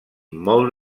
molt